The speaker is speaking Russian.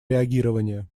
реагирования